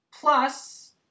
Plus